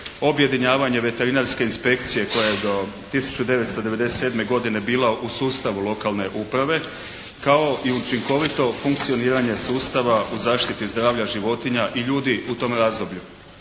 Objedinjavanje veterinarske inspekcije koja je do 1997. godine bila u sustavu lokalne uprave kao i učinkovito funkcioniranje sustava u zaštiti zdravlja životinja i ljudi u tom razdoblju.